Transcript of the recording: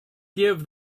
give